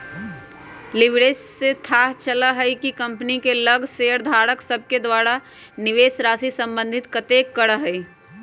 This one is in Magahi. लिवरेज से थाह चलइ छइ कि कंपनी के लग शेयरधारक सभके द्वारा निवेशराशि संबंधित कतेक करजा हइ